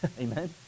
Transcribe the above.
amen